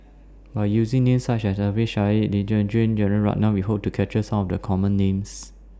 By using Names such as Alfian Sa'at Yee Jenn Jong Jalan Ratnam We Hope to capture Some of The Common Names